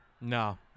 No